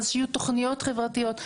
אז שיהיו תוכניות חברתיות.